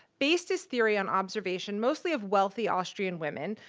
based his theory on observation mostly of wealthy austrian women,